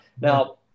Now